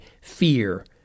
fear